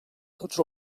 tots